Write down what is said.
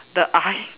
the eye